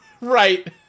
Right